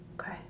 Okay